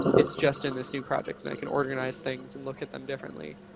it's just in this new project and i can organize things and look at them differently.